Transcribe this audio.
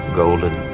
golden